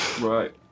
Right